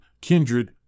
kindred